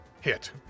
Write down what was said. hit